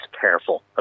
careful